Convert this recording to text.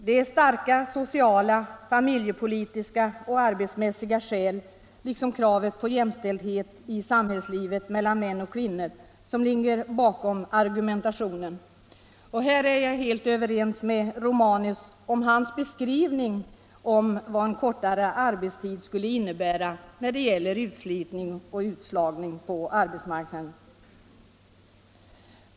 Det är starka sociala, familjepolitiska och arbetsmässiga skäl — liksom kravet på jämställdhet i samhällslivet mellan män och kvinnor — som ligger bakom argumentationen. Jag är också helt överens med herr Romanus i hans beskrivning av vad en kortare arbetstid skulle innebära när det gäller att motverka förslitning och utslagning på arbetsmarknaden.